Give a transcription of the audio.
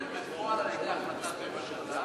היא מיושמת בפועל על-ידי החלטת ממשלה.